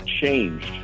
changed